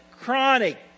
chronic